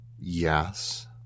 yes